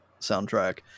soundtrack